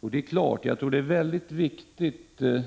tog upp hushållssparandet.